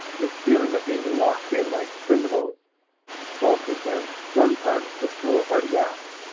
this feeling of being locked in like criminals prompted them sometimes to foolhardy acts.